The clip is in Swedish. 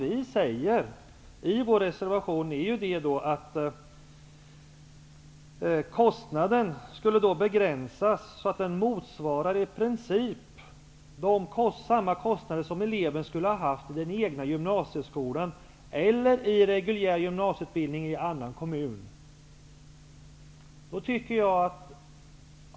I vår reservation säger vi att kostnaden skall begränsas så att den i princip motsvarar kostnaderna för eleven i den egna gymnasieskolan eller i reguljär gymnasieutbildning i annan kommun.